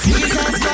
Jesus